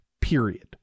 period